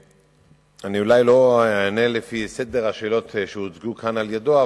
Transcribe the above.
אולי לא אענה לפי סדר השאלות שהוצגו כאן על-ידו,